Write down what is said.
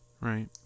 Right